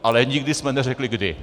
Ale nikdy jsme neřekli kdy...